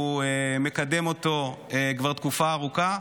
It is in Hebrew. הוא מקדם אותו כבר תקופה ארוכה,